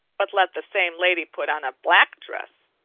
but let the same lady put on a black dress,